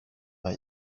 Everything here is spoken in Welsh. mae